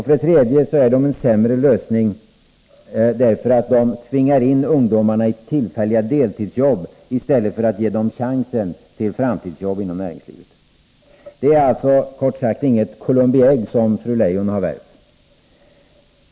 För det tredje är det en sämre lösning, därför att det tvingar in ungdomarna i tillfälliga deltidsjobb i stället för att ge dem chansen till framtidsjobb i näringslivet. Det är kort sagt inget Columbi ägg fru Leijon värpt.